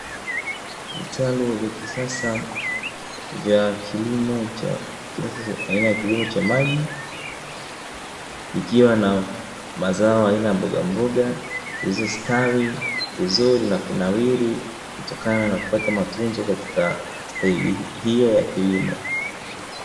Vitalu vya kisasa vya kilimo cha kisasa aina ya kilimo cha maji, ikiwa na mazao aina mboga mboga zilizostawi vizuri na kunawiri kutokana na kupata matunzo katika staili hiyo ya kilimo.